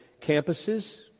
campuses